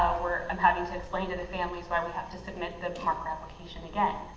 i'm having to explain to the families why we have to submit the marker application again.